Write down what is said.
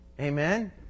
Amen